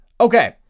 okay